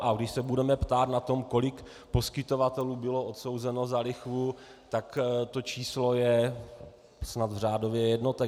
A když se budeme ptát na to, kolik poskytovatelů bylo odsouzeno za lichvu, tak to číslo je snad řádově v jednotkách.